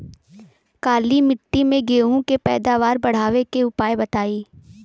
काली मिट्टी में गेहूँ के पैदावार बढ़ावे के उपाय बताई?